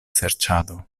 serĉado